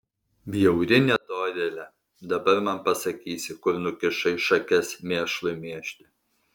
bjauri nedorėle dabar man pasakysi kur nukišai šakes mėšlui mėžti